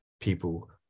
people